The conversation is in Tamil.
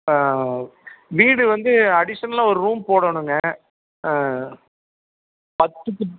ஆ வீடு வந்து அடிஷனல்லாக ஒரு ரூம் போடனும்ங்க ஆ பத்துக்கு